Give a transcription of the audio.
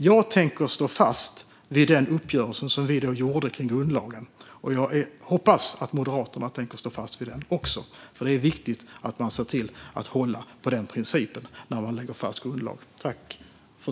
Jag tänker stå fast vid den uppgörelse som vi då gjorde om grundlagen, och jag hoppas att Moderaterna också tänker stå fast vid den. Det är nämligen viktigt att man ser till att hålla på denna princip när man lägger fast grundlagar.